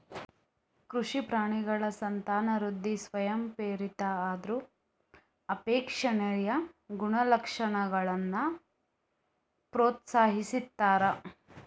ಕೃಷಿ ಪ್ರಾಣಿಗಳ ಸಂತಾನವೃದ್ಧಿ ಸ್ವಯಂಪ್ರೇರಿತ ಆದ್ರೂ ಅಪೇಕ್ಷಣೀಯ ಗುಣಲಕ್ಷಣಗಳನ್ನ ಪ್ರೋತ್ಸಾಹಿಸ್ತಾರೆ